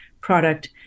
product